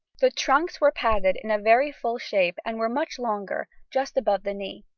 the trunks were padded in a very full shape and were much longer, just above the knee.